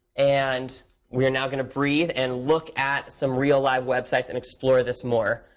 and we're now going to breathe and look at some real, live website and explore this more.